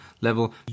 level